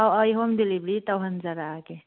ꯑꯧ ꯑꯩ home delivery ꯇꯧꯍꯟꯖꯔꯛꯑꯒꯦ